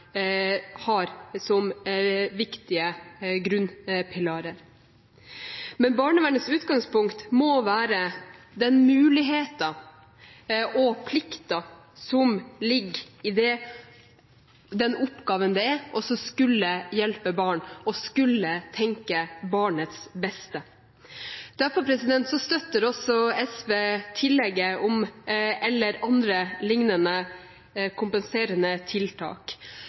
har som viktige grunnpilarer. Men barnevernets utgangspunkt må være den muligheten og plikten som ligger i den oppgaven det er å skulle hjelpe barn og skulle tenke barnets beste. Derfor støtter også SV tillegget om «eller andre lignende kompenserende tiltak».